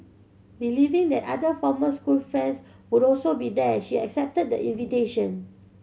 believing that other former school friends would also be there she accepted the invitation